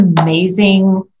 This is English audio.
amazing